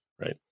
right